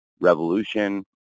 revolution